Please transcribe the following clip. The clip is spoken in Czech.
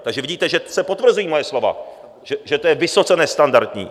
Takže vidíte, že se potvrzují moje slova, že to je vysoce nestandardní.